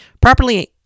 properly